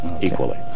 equally